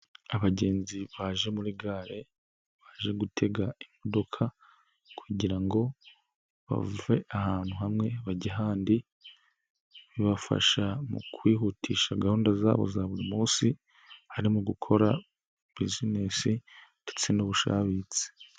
Abagenzi baje muri gare baje gutega imodoka kugira ngo bave ahantu hamwe bajye ahandi, bibafasha mu kwihutisha gahunda zabo za buri munsi harimo gukora buzinesi ndetse n'ubushabitsi.